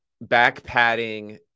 back-padding